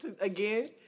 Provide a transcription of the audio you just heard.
again